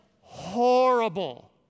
horrible